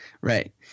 Right